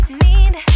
need